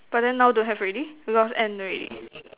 but then now don't have already because end already